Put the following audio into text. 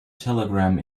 telegram